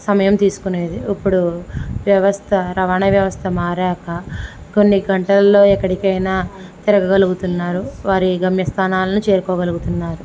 సమయం తీసుకునేది ఇప్పుడు వ్యవస్థ రవాణా వ్యవస్థ మారకా కొన్ని గంటల్లో ఎక్కడికైనా తిరగగలుగుతున్నారు వారి గమ్యస్థానాల్ని చేరుకోగలుగుతున్నారు